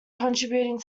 contributing